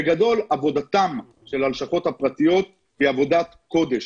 בגדול, עבודתן של הלשכות הפרטיות היא עבודת קודש.